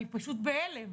אני פשוט בהלם.